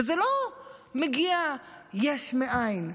וזה לא מגיע יש מאין,